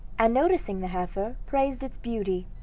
and noticing the heifer praised its beauty,